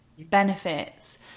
benefits